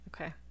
okay